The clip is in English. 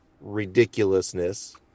ridiculousness